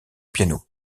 piano